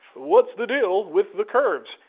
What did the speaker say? what's the deal with the curves?